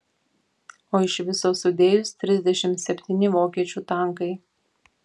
o iš viso sudėjus trisdešimt septyni vokiečių tankai